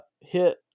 hit